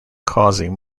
causing